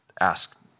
ask